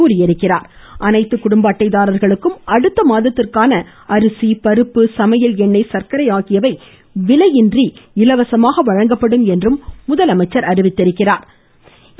மேலும் அனைத்து குடும்ப அட்டைதாரர்களுக்கும் அடுத்த மாதத்திற்கான அரிசி பருப்பு சமையல் எண்ணை சர்க்கரை ஆகியவை விலையின்றி இலவசமாக வழங்கப்படும் என்றார்